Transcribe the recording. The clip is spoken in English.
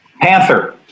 Panther